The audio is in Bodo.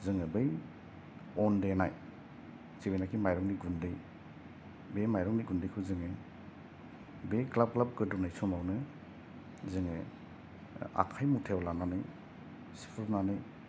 जोङो बै अन देनाय जेनाखि माइरं गुन्दै बे माइरंनि गुन्दैखौ जोङो बे ग्लाब ग्लाब गोदौनाय समाव नो जोङो आखाय मुथा आव लानानै सिफ्रुनानै